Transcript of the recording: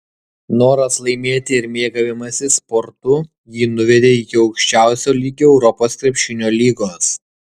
noras laimėti ir mėgavimasis sportu jį nuvedė iki aukščiausio lygio europos krepšinio lygos